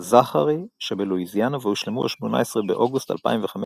זאכארי שבלואיזיאנה והושלמו ב-18 באוגוסט 2015,